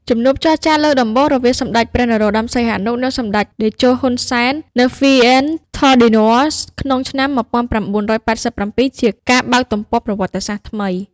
ជំនួបចរចាលើកដំបូងរវាងសម្តេចព្រះ នរោត្តម សីហនុ និងសម្តេចតេជោ ហ៊ុន សែន នៅ Fère-en-Tardenois ក្នុងឆ្នាំ ១៩៨៧ ជាការបើកទំព័រប្រវត្តិសាស្ត្រថ្មី។